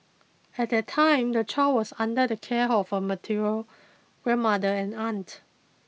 at that time the child was under the care of her material grandmother and aunt